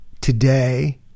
today